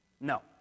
No